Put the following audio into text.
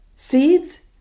seeds